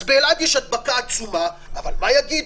אז באלעד יש הדבקה עצומה, אבל מה יגידו?